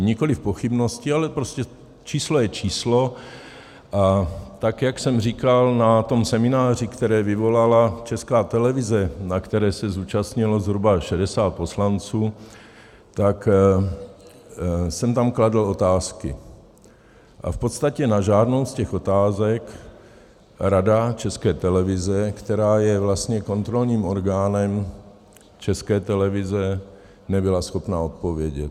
Nikoliv pochybností, ale prostě číslo je číslo, a tak jak jsem říkal na tom semináři, který vyvolala Česká televize, na kterém se zúčastnilo zhruba 60 poslanců, tak jsem tam kladl otázky a v podstatě na žádnou z těch otázek Rada České televize, která je vlastně kontrolním orgánem České televize, nebyla schopna odpovědět.